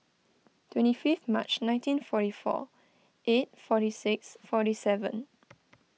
twenty fifth March nineteen forty four eight forty six forty seven